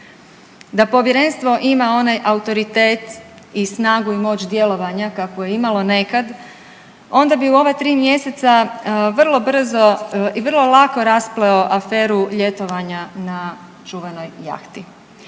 Da povjerenstvo ima onaj autoritet i snagu i moć djelovanja kakvu je imalo nekad onda bi u ova 3 mjeseca vrlo brzo i vrlo lako raspleo aferu ljetovanja na čuvenoj jahti.